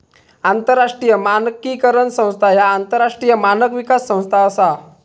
आंतरराष्ट्रीय मानकीकरण संस्था ह्या आंतरराष्ट्रीय मानक विकास संस्था असा